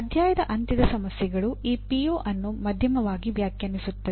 ಅಧ್ಯಾಯದ ಅಂತ್ಯದ ಸಮಸ್ಯೆಗಳು ಈ ಪಿಒ ಅನ್ನು ಮಧ್ಯಮವಾಗಿ ವ್ಯಾಖ್ಯಾನಿಸುತ್ತದೆ